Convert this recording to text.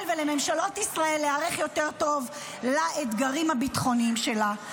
ולממשלות ישראל להיערך יותר טוב לאתגרים הביטחוניים שלה.